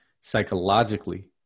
psychologically